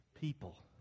people